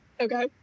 Okay